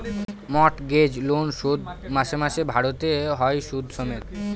mortgage loan শোধ মাসে মাসে ভারতে হয় সুদ সমেত